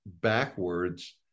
backwards